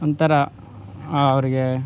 ಒಂಥರ ಅವರಿಗೆ